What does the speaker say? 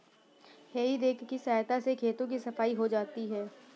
हेइ रेक की सहायता से खेतों की सफाई हो जाती है